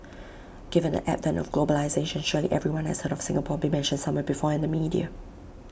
given the advent of globalisation surely everyone has heard of Singapore being mentioned somewhere before in the media